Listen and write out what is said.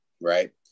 right